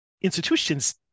institutions